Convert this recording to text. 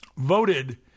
Voted